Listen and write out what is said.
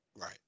Right